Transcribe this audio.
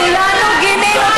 כולנו גינינו.